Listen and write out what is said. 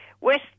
West